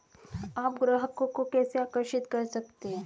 आप ग्राहकों को कैसे आकर्षित करते हैं?